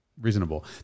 reasonable